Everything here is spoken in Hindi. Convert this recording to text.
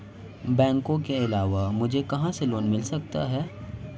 बैंकों के अलावा मुझे कहां से लोंन मिल सकता है?